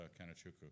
Kanachuku